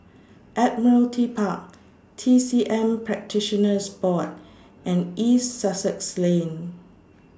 Admiralty Park T C M Practitioners Board and East Sussex Lane